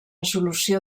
solució